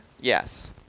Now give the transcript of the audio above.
Yes